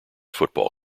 football